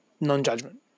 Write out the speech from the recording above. non-judgment